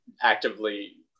actively